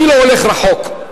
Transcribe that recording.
אני לא הולך רחוק.